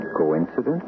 Coincidence